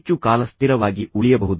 ಹೆಚ್ಚು ಕಾಲ ಸ್ಥಿರವಾಗಿ ಉಳಿಯಬಹುದು